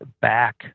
back